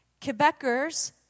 Quebecers